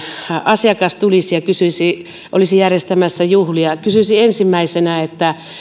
asiakas tulisi olisi järjestämässä juhlia ja kysyisi ensimmäisenä